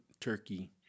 turkey